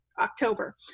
October